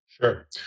Sure